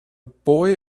boy